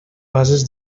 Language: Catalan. bases